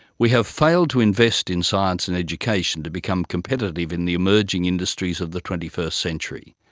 we have failed to invest in science and education to become competitive in the emerging industries of the twenty-first century.